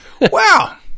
Wow